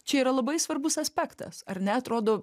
čia yra labai svarbus aspektas ar ne atrodo